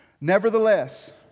Nevertheless